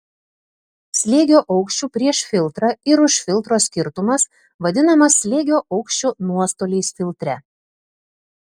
slėgio aukščių prieš filtrą ir už filtro skirtumas vadinamas slėgio aukščio nuostoliais filtre